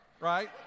right